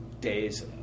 days